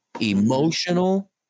Emotional